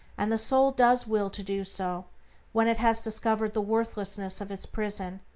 and the soul does will to do so when it has discovered the worthlessness of its prison,